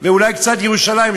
ואולי קצת ירושלים,